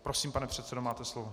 Prosím, pane předsedo, máte slovo.